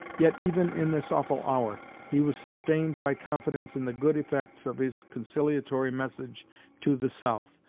yet even in this awful hour, he was sustained by confidence in the good effects of his conciliatory message to the south,